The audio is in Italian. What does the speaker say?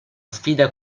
sfida